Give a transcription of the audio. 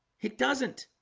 it doesn't